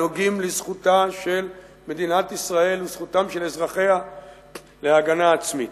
הנוגעים לזכותה של מדינת ישראל ולזכותם של אזרחיה להגנה עצמית.